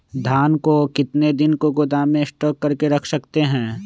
धान को कितने दिन को गोदाम में स्टॉक करके रख सकते हैँ?